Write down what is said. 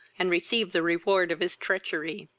and receive the reward of his treachery